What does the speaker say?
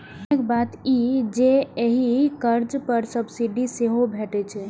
पैघ बात ई जे एहि कर्ज पर सब्सिडी सेहो भैटै छै